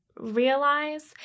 realize